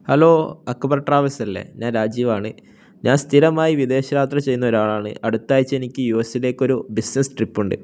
hello Akbar travels അല്ലേ ഞാൻ രാജീവാണ് ഞാൻ സ്ഥിരമായി വിദേശയാത്ര ചെയ്യുന്നൊരാളാണ് അടുത്താഴ്ച എനിക്ക് യു എസിലേക്കൊരു ബിസിനസ് ട്രിപ്പുണ്ട്